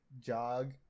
jog